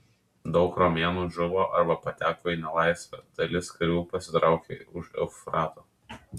daug romėnų žuvo arba pateko į nelaisvę dalis karių pasitraukė už eufrato